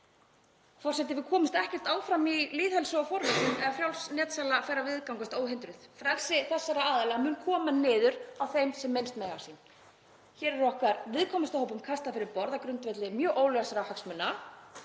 Forseti. Við komumst ekkert áfram í lýðheilsu og forvörnum ef frjáls netsala fær að viðgangast óhindrað. Frelsi þessara aðila mun koma niður á þeim sem minnst mega sín. Hér eru okkar viðkvæmustu hópum kastað fyrir borð á grundvelli mjög óljósra hagsmuna